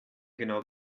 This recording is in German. genau